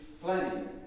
flame